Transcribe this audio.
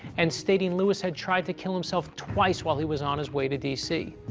and stating lewis had tried to kill himself twice while he was on his way to d c.